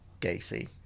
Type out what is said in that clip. Gacy